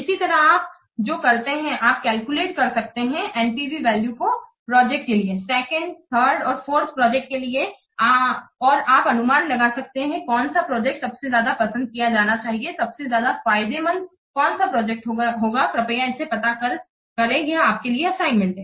इसी तरह आप जो करते हैं आप कैलकुलेट कर सकते हैं NPV वैल्यू को प्रोजेक्ट के लिए 2nd 3rd और 4th प्रोजेक्ट के लिए और आप अनुमान लगा सकते हैं कौन सा प्रोजेक्ट सबसे ज्यादा पसंद किया जाना चाहिए सबसे ज्यादा फायदेमंद कौन सा होगा कृपया इसे पता करें यह आपके लिए एक असाइनमेंट है